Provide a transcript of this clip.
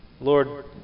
Lord